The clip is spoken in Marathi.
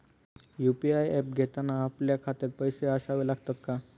यु.पी.आय ऍप घेताना आपल्या खात्यात पैसे असावे लागतात का?